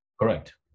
correct